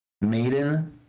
maiden